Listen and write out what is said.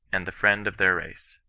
and the friend of their race.